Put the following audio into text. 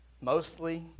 mostly